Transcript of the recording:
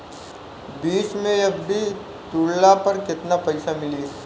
बीच मे एफ.डी तुड़ला पर केतना पईसा मिली?